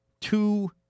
two